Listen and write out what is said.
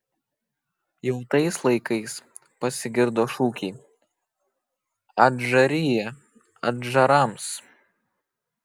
jau tais laikais pasigirdo šūkiai adžarija adžarams